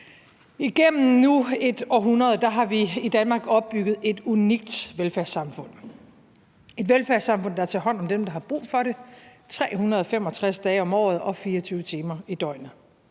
Igennem nu et århundrede har vi i Danmark opbygget et unikt velfærdssamfund. Det er et velfærdssamfund, der tager hånd om dem, der har brug for det, 365 dage om året og 24 timer i døgnet.